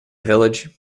village